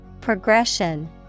Progression